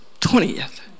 20th